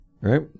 Right